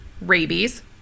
Rabies